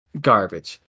Garbage